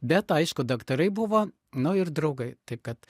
bet aišku daktarai buvo nu ir draugai taip kad